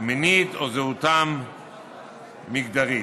המינית או זהותם המגדרית".